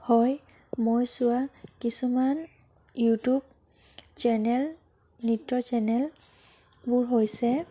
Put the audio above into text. হয় মই চোৱা কিছুমান ইউটিউব চেনেল নৃত্য়ৰ চেনেল বোৰ হৈছে